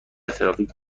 ترافیک